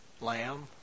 lamb